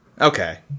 Okay